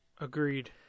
agreed